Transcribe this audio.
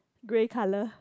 grey colour